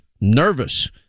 nervous